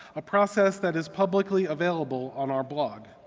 a process that is publicly available on our blog.